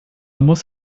muss